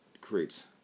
creates